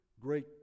great